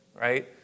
right